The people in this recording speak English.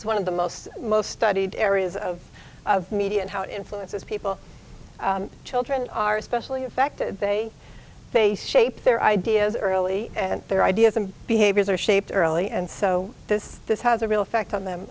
that's one of the most most studied areas of media and how it influences people children are especially affected they face shape their ideas early and their ideas and behaviors are shaped early and so this this has a real effect on them